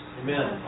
Amen